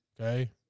Okay